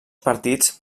partits